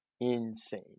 insane